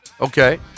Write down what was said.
Okay